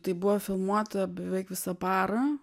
tai buvo filmuota beveik visą parą